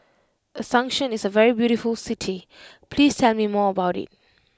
Asuncion is a very beautiful city please tell me more about it